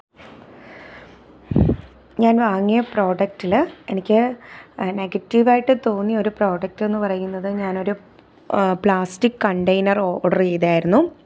ഞാൻ വാങ്ങിയ പ്രൊഡക്റ്റിൽ എനിക്ക് നെഗറ്റീവ് ആയിട്ട് തോന്നിയ ഒരു പ്രോഡക്റ്റ് എന്ന് പറയുന്നത് ഞാനൊരു പ്ലാസ്റ്റിക്ക് കണ്ടെയ്നർ ഓർഡർ ചെയ്തിരുന്നു